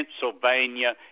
Pennsylvania